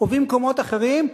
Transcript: ובמקומות אחרים,